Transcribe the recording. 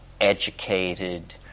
educated